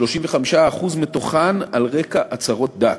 35% מתוכן על רקע הצהרות דת.